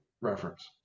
reference